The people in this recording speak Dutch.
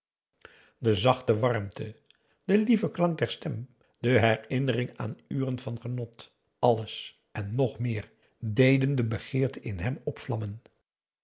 de zachte warmte de lieve klank der stem de herinnering aan uren van genot alles en nog meer deden de begeerte in hem opvlammen